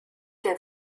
der